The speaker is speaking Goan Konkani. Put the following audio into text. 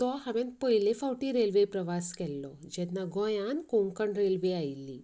तो हांवेन पयले फावटी रेल्वे प्रवास केल्लो जेन्ना गोंयान कोंकण रेल्वे आयिल्ली